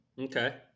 Okay